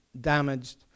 damaged